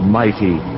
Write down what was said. mighty